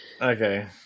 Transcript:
Okay